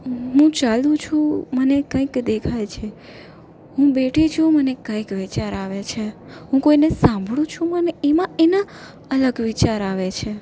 હું ચાલુ છું મને કાંઇક દેખાય છે હું બેઠી છું મને કાંઇક વિચાર આવે છે હું કોઈને સાંભળું છું મને એમાં એના અલગ વિચાર આવે છે